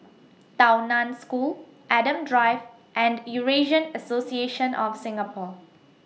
Tao NAN School Adam Drive and Eurasian Association of Singapore